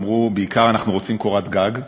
ואמרו בעיקר: אנחנו רוצים קורת גג.